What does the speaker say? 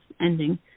ending